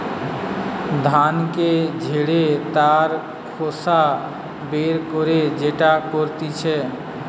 ধানকে ঝেড়ে তার খোসা বের করে যেটা করতিছে